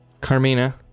Carmina